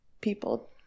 people